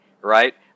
right